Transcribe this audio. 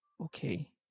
Okay